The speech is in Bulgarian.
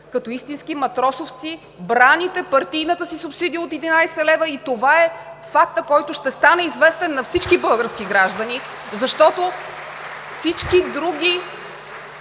като истински матросовци, браните партийната си субсидия от 11 лв. и това е фактът, който ще стане известен на всички български граждани. (Ръкопляскания